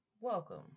Welcome